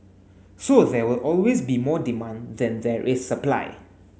so there will always be more demand than there is supply